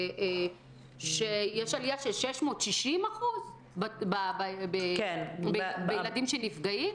שיש עלייה של 660% לגבי ילדים שנפגעים?